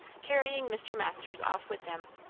carrying mr. masters off with them.